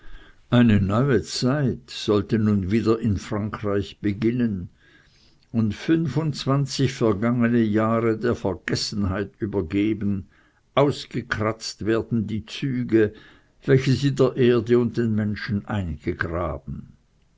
eine neue zeit sollte nun wieder in frankreich beginnen und fünfundzwanzig vergangene jahre der vergessenheit übergeben ausgekratzt werden die züge welche sie der erde und den menschen eingegraben